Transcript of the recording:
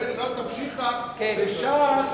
וש"ס